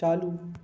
चालू